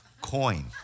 coin